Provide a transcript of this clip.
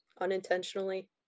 unintentionally